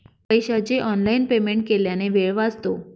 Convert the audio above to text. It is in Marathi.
पैशाचे ऑनलाइन पेमेंट केल्याने वेळ वाचतो